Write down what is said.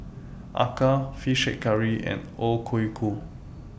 Acar Fish Head Curry and O Ku Kueh